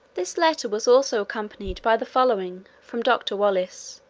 this letter was also accompanied by the following from doctor wallace,